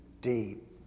deep